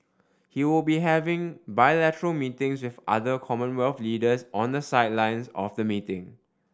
he will be having bilateral meetings with other Commonwealth leaders on the sidelines of the meeting